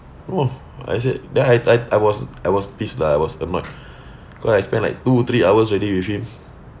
no I said then I I I was I was pissed lah I was uh ma~ cause I spent like two three hours already with him